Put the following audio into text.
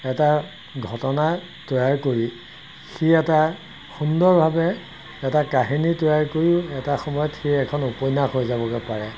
এটা ঘটনা তৈয়াৰ কৰি সি এটা সুন্দৰভাৱে এটা কাহিনী তৈয়াৰ কৰিও এটা সময়ত সি এখন উপন্যাস হৈ যাব পাৰে